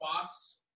Fox